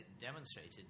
demonstrated